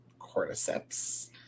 cordyceps